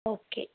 okay